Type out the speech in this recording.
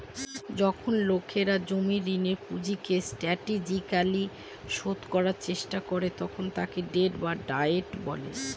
যখন লোকেরা জমির ঋণের পুঁজিকে স্ট্র্যাটেজিকালি শোধ করার চেষ্টা করে তখন তাকে ডেট ডায়েট বলে